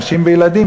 נשים וילדים,